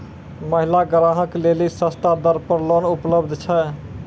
महिला ग्राहक लेली सस्ता दर पर लोन उपलब्ध छै?